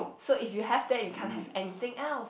so if you have that you can have anything else